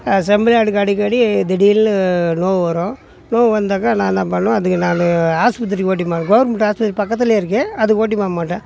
செம்மறி ஆட்டுக்கு அடிக்கடி திடீர்னு நோய் வரும் நோய் வந்தாக்கா நான் என்ன பண்ணுவேன் அதுக்கு நான் ஆஸ்பத்திரிக்கு ஓட்டின்னு போவேன் கவர்மெண்ட்டு ஆஸ்பித்திரி பக்கத்திலேயே இருக்குது அதுக்கு ஓட்டி போக மாட்டேன்